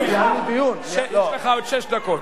יש לך עוד שש דקות.